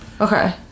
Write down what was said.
okay